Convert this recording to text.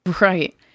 right